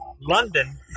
London